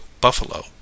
buffalo